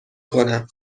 کنم